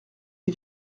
qui